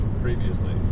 previously